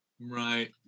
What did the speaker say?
Right